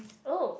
oh